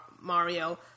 Mario